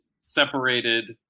separated